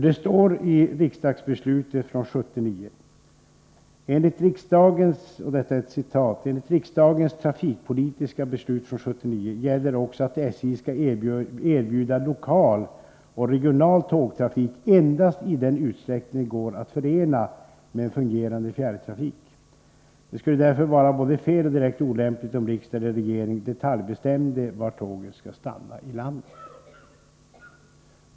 Det står i riksdagsbeslutet från 1979 att SJ skall erbjuda lokal och regional tågtrafik endast i den utsträckning det går att förena med en fungerande fjärrtrafik. Det skulle därför vara både fel och direkt olämpligt om riksdag eller regering detaljbestämde var tågen skall stanna.